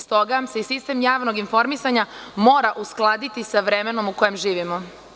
Stoga se sistem javnog informisanja mora uskladiti sa vremenom u kojem živimo.